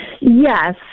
Yes